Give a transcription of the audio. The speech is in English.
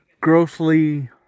...grossly